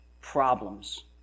problems